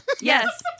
Yes